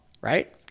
right